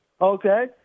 Okay